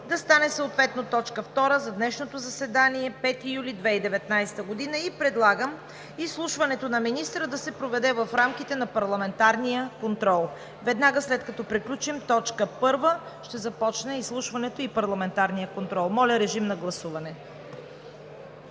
да стане съответно точка втора за днешното заседание – 5 юли 2019 г. Предлагам изслушването на министъра да се проведе в рамките на парламентарния контрол. Веднага след като приключим точка първа, ще започне изслушването и парламентарният контрол. Моля, режим на гласуване.